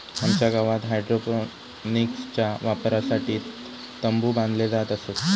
आमच्या गावात हायड्रोपोनिक्सच्या वापरासाठी तंबु बांधले जात असत